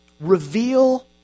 reveal